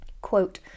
Quote